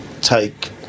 take